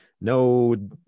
no